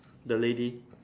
the lady